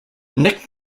nick